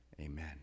Amen